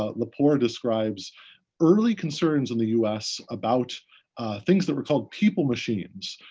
ah lepore describes early concerns in the u s. about things that were called people machines.